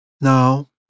Now